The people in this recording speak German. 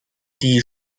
die